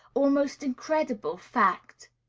almost incredible fact!